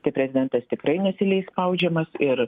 tai prezidentas tikrai nesileis spaudžiamas ir